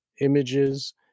images